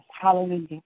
Hallelujah